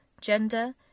gender